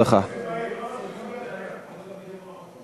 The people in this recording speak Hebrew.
הרווחה והבריאות נתקבלה.